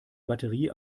batterie